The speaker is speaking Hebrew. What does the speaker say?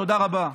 תודה רבה.